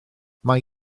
mae